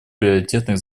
приоритетных